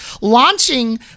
launching